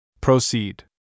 Proceed